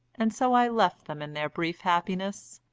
and so i left them in their brief happiness,